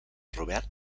robert